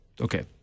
okay